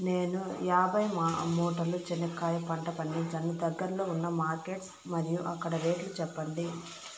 నేను యాభై మూటల చెనక్కాయ పంట పండించాను దగ్గర్లో ఉన్న మార్కెట్స్ మరియు అక్కడ రేట్లు చెప్పండి?